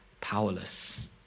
powerless